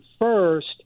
first